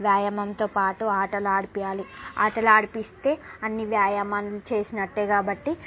వ్యాయామంతో పాటు ఆటలు ఆడిపివ్వాలి ఆటలు ఆడిపిస్తే అన్ని వ్యాయామాలు చేసినట్టే కాబట్టి